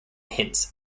hints